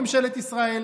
ממשלת ישראל,